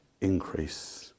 increase